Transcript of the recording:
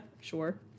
sure